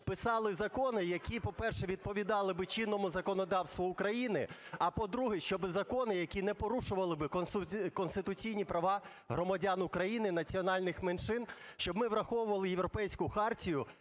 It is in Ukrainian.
писали закони, які, по-перше, відповідали би чинному законодавству України, а, по-друге, щоб закони, які не порушували би конституційні права громадян України, національних меншин, щоб ми враховували Європейську хартію